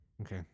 Okay